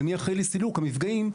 ומי אחראי לסילוק המפגעים.